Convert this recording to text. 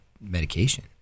medication